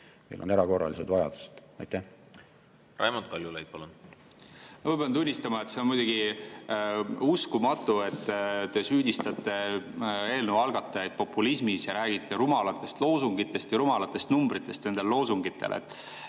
Meil on erakorralised vajadused. Raimond Kaljulaid, palun! Raimond Kaljulaid, palun! Ma pean tunnistama, et see on muidugi uskumatu, et te süüdistate eelnõu algatajaid populismis ja räägite rumalatest loosungitest ja rumalatest numbritest nendel loosungitel.